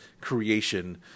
creation